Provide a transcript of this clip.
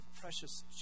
precious